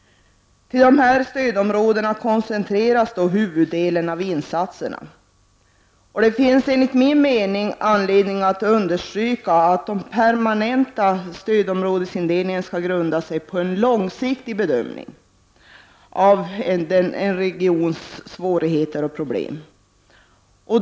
Till dessa stödområden koncentreras huvuddelen av insatserna. Det finns enligt min mening anledning att understryka att den permanenta stödområdesindelningen skall grunda sig på en långsiktig bedömning av en regions svårigheter och problem.